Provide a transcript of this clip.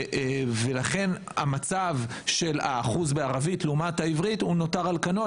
לכן האחוז בערבית לעומת העברית נותר על כנו,